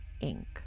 ink